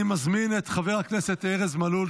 אני מזמין את חבר הכנסת ארז מלול,